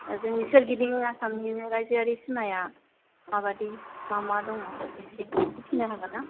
जोंनि सोरगिदिं आसामनि रायजोयारि सिमाया माबादि मा मा दङ एसे बुंथिनो हागोन ना